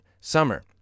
summer